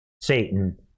Satan